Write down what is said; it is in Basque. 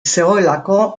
zegoelako